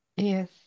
Yes